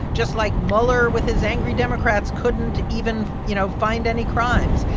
just like mueller with his angry democrats couldn't even, you know, find any crimes.